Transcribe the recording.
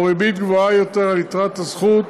או ריבית גבוהה יותר על יתרת הזכות,